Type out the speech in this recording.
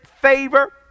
favor